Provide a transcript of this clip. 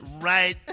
right